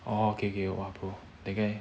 oh oh okay !wah! pro that guy